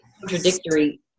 contradictory